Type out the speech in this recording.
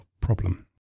problem